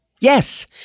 Yes